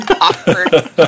Awkward